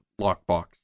lockbox